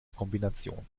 kombination